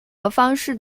方式